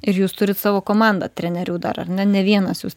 ir jūs turit savo komandą trenerių dar ar ne ne vienas jūs